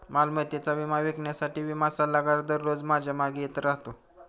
मालमत्तेचा विमा विकण्यासाठी विमा सल्लागार दररोज माझ्या मागे येत राहतो